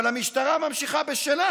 אבל המשטרה ממשיכה בשלה,